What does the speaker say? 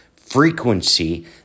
frequency